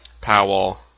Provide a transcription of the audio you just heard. Powell